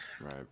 Right